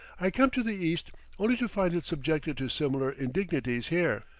i come to the east only to find it subjected to similar indignities here.